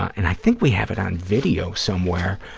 and i think we have it on video somewhere,